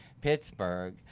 Pittsburgh